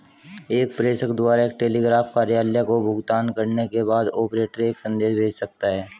एक प्रेषक द्वारा एक टेलीग्राफ कार्यालय को भुगतान करने के बाद, ऑपरेटर एक संदेश भेज सकता है